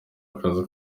akazi